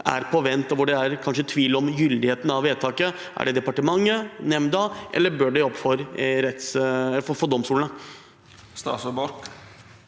er på vent, hvor det kanskje er tvil om gyldigheten av vedtaket. Er det departementet eller nemnda, eller bør det opp for domstolene?